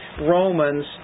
Romans